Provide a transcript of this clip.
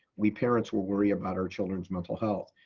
we parents were worry about our children's mental health.